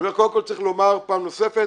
אני אומר, קודם כל צריך לומר פעם נוספת